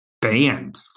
banned